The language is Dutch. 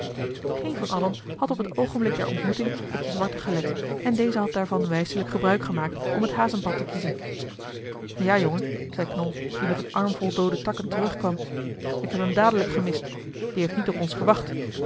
geen van allen had op het oogenblik der ontmoeting op den zwarte gelet en deze had daarvan wijselijk gebruik gemaakt om het hazenpad te kiezen ja jongen zei knol die met een armvol doode takken terug kwam ik heb hem dadelijk gemist die heeft niet op ons gewacht